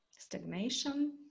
stagnation